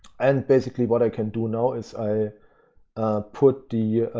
and basically what i can do now is i put the